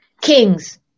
Kings